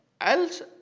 Else